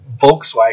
Volkswagen